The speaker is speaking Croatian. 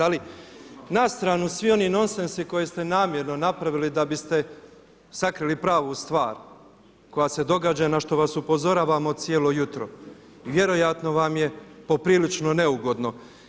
Ali na stranu svi oni nonsensi koje ste namjerno napravili da biste sakrili pravu stvar koja se događa na što vas upozoravamo cijelo jutro i vjerojatno vam je poprilično neugodno.